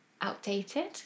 outdated